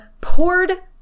poured